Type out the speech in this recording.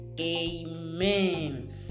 amen